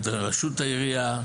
את ראשות העירייה,